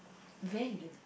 value